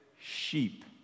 sheep